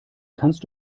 kannst